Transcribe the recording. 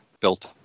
built